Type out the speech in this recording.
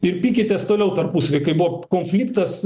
ir pykitės toliau tarpusavy kai buvo konfliktas